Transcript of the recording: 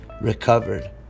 recovered